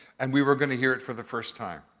and we were gonna hear it for the first time.